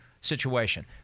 situation